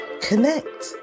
connect